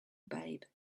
babe